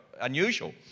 unusual